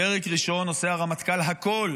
פרק ראשון: עושה הרמטכ"ל הכול